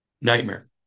Nightmare